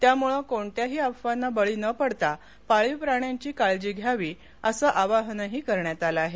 त्यामुळं कोणत्याही अफवांना बळी न पडता पाळीव प्राण्यांची काळजी घ्यावी असं आवाहनही करण्यात आलं आहे